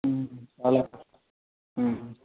అలాగా